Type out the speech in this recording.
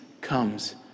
comes